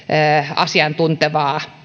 asiantuntevaa